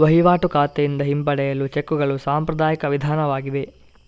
ವಹಿವಾಟು ಖಾತೆಯಿಂದ ಹಿಂಪಡೆಯಲು ಚೆಕ್ಕುಗಳು ಸಾಂಪ್ರದಾಯಿಕ ವಿಧಾನವಾಗಿದೆ